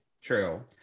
True